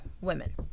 women